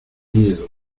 miedo